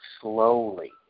slowly